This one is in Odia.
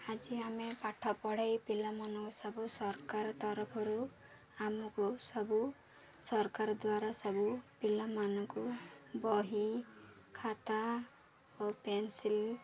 ଆଜି ଆମେ ପାଠ ପଢ଼ାଇ ପିଲାମାନଙ୍କୁ ସବୁ ସରକାର ତରଫରୁ ଆମକୁ ସବୁ ସରକାର ଦ୍ୱାରା ସବୁ ପିଲାମାନଙ୍କୁ ବହି ଖାତା ଓ ପେନସିଲ୍